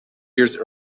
years